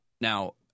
Now